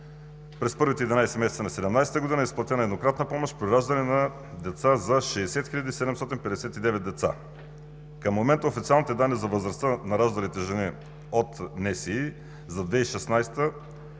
През първите 11 месеца на 2017 г. е изплатена еднократна помощ при раждане на деца за 60 759 деца. Към момента официалните данни за възрастта на раждалите жени от Националния